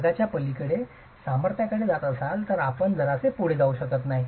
5 च्या पलीकडे सामर्थ्याकडे जात असाल तर आपण जरासे पुढे जाऊ शकत नाही